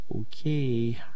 okay